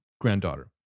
granddaughter